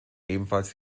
ebenfalls